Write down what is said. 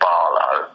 Barlow